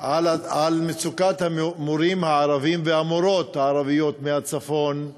על מצוקת המורים הערבים והמורות הערביות מהצפון,